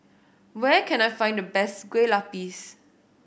where can I find the best Kueh Lupis